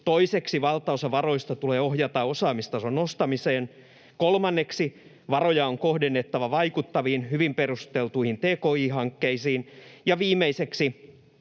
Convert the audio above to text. Toiseksi valtaosa varoista tulee ohjata osaamistason nostamiseen. Kolmanneksi varoja on kohdennettava vaikuttaviin, hyvin perusteltuihin tki-hankkeisiin. Ja viimeiseksi